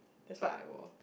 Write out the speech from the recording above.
that's what I wore